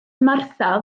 martha